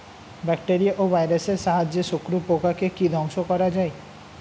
Bacteria ও ভাইরাসের সাহায্যে শত্রু পোকাকে কি ধ্বংস করা যায়?